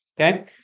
Okay